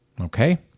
Okay